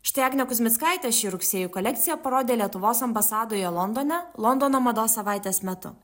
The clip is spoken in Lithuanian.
štai agnė kuzmickaitė šį rugsėjį kolekciją parodė lietuvos ambasadoje londone londono mados savaitės metu